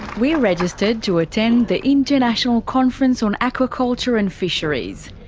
we registered to attend the international conference on aquaculture and fisheries.